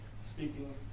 Speaking